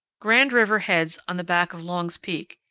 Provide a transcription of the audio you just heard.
grand river heads on the back of long's peak,